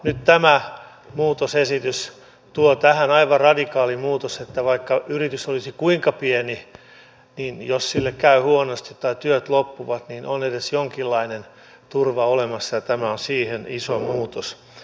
nyt tämä muutosesitys tuo tähän aivan radikaalin muutoksen että vaikka yritys olisi kuinka pieni niin jos sille käy huonosti tai työt loppuvat niin on edes jonkinlainen turva olemassa ja tämä on siihen iso muutos